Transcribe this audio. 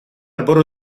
برو